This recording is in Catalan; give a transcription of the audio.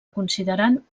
considerant